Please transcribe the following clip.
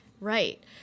Right